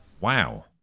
Wow